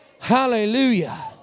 Hallelujah